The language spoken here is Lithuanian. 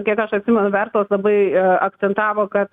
kiek aš atsimenu verslas labai akcentavo kad